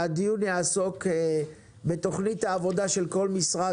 והדיון יעסוק בתוכנית עבודה של כל משרד